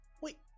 wait